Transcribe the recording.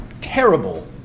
terrible